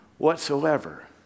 Whatsoever